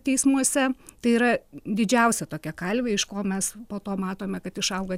teismuose tai yra didžiausia tokia kalvė iš ko mes po to matome kad išauga